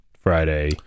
Friday